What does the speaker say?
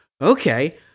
okay